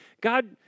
God